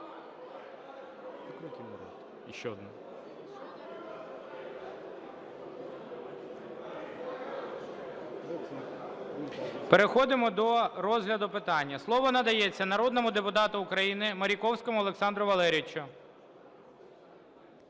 Переходимо до розгляду питання. Слово надається народному депутату України Маріковському Олександру Валерійовичу.